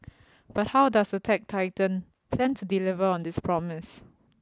but how does the tech titan plan to deliver on this promise